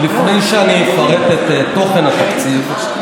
עוד לפני שאני אפרט את תוכן התקציב,